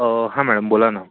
हा मॅडम बोला ना